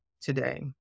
today